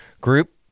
group